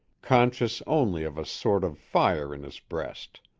conscious only of a sort of fire in his breast.